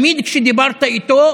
תמיד כשדיברת איתו